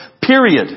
period